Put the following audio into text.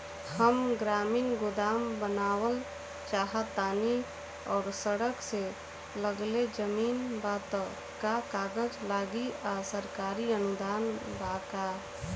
हम ग्रामीण गोदाम बनावल चाहतानी और सड़क से लगले जमीन बा त का कागज लागी आ सरकारी अनुदान बा का?